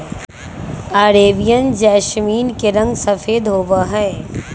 Arabian jasmine के रंग सफेद होबा हई